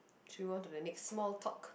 should we move onto the next small talk